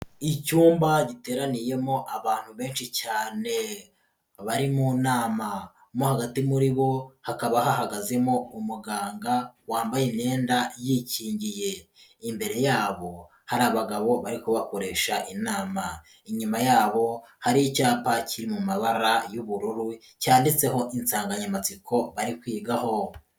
Icyumba giteraniyemo abantu benshi cyane bari mu nama, mo hagati muri bo hakaba hahagazemo umuganga wambaye imyenda yikingiye, imbere yabo hari abagabo bari kubakoresha inama, inyuma yabo hari icyapa kiri mu mabara y'ubururu cyanditseho insanganyamatsiko bari kwigaho.